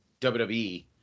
WWE